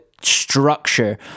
structure